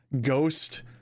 ghost